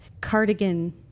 Cardigan